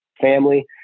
family